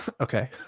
okay